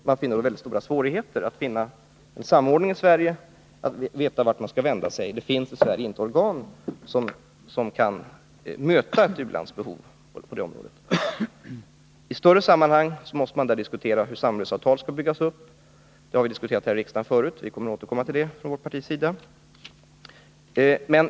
Det är förenat med mycket stora svårigheter att finna en samordning i Sverige, att veta vart man skall vända sig. Det finns i Sverige inget organ som kan möta ett u-landsbehov på det området. I större sammanhang måste man diskutera hur samarbetsavtal skall byggas upp. Det har vi diskuterat här i riksdagen tidigare, och från vårt partis sida kommer vi att återkomma till den diskussionen.